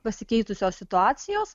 pasikeitusios situacijos